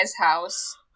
house